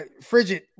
frigid